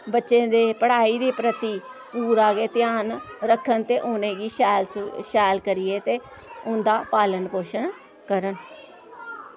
बच्चें दे पढ़ाई दे प्रति पूरा गै ध्यान रक्खन ते उ'नेगी शैल शैल करियै ते उं'दा पालन पोशण करन